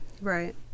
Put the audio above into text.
Right